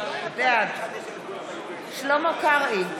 בעד שלמה קרעי,